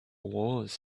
wars